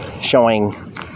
showing